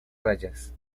rayas